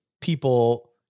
people